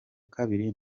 kabiri